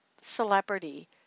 celebrity